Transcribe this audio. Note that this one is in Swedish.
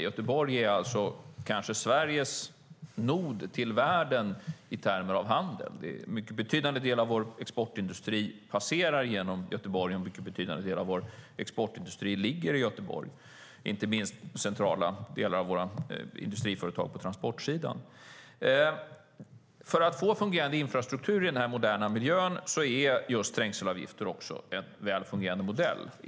Göteborg är kanske Sveriges nod till världen i termer av handel. En mycket betydande del av vår exportindustri passerar genom Göteborg, och en mycket betydande del av vår exportindustri finns i Göteborg, inte minst centrala delar av våra industriföretag på transportsidan. För att få fungerande infrastruktur i denna moderna miljö är trängselavgifter en väl fungerande modell.